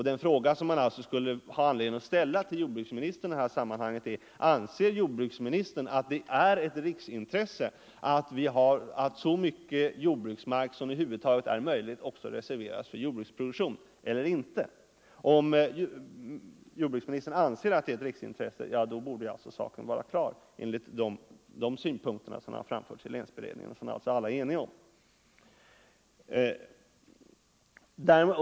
Den fråga som man då har anledning att ställa till jordbruksministern är: Anser jordbruksministern att det är ett riksintresse att så mycken jordbruksmark som över huvud taget är möjligt skall reserveras för jordbruksproduktion? Om jordbruksministern anser att det är ett riksintresse, borde saken vara klar enligt de synpunkter som framförts av länsberedningen och som alla är eniga om.